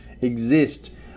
exist